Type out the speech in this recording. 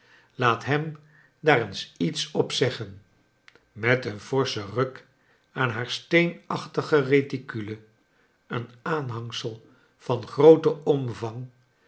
laat hem daar eens iets op zeggen met een forschen ruk aan haar steenachtige reticule een aanhangsel van grooten omvang